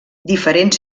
diferents